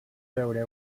veure